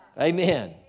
Amen